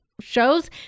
shows